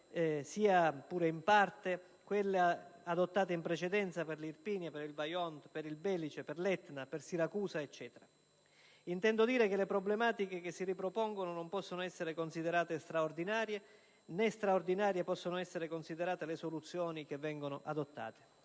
sia pure in parte, quelle adottate in precedenza per l'Irpinia, per il Vajont, per il Belice, per l'Etna, per Siracusa ed altri eventi del passato. Intendo dire che le problematiche che si ripropongono non possono essere considerate straordinarie, né straordinarie possono essere considerate le soluzioni che vengono adottate.